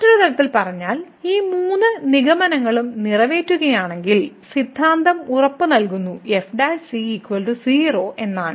മറ്റൊരു തരത്തിൽ പറഞ്ഞാൽ ഈ മൂന്ന് നിഗമനങ്ങളും നിറവേറ്റുകയാണെങ്കിൽ സിദ്ധാന്തം ഉറപ്പുനൽകുന്നു f 0 എന്നാണ്